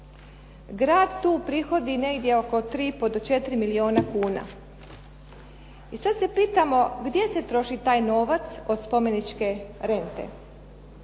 Grad tu prihodi negdje oko 3,5 do 4 milijuna kuna. I sad se pitamo gdje se troši taj novac od spomeničke rente?